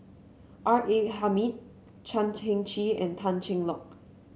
R A Hamid Chan Heng Chee and Tan Cheng Lock